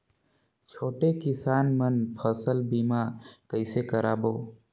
छोटे किसान मन फसल बीमा कइसे कराबो?